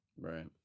Right